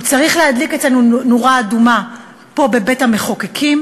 הוא צריך להדליק אצלנו נורה אדומה פה בבית-המחוקקים,